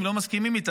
אם לא מסכימים איתה,